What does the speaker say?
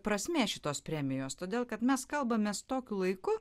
prasmė šitos premijos todėl kad mes kalbamės tokiu laiku